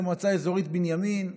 למועצה אזורית בנימין,